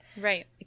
right